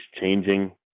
changing